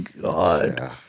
god